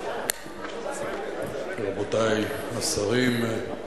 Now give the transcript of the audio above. רבותי השרים,